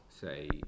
say